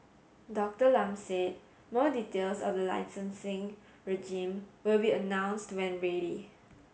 Dr Lam said more details of the licensing regime will be announced when ready